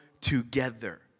together